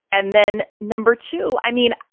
and then number two. i mean,